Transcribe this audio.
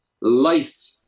life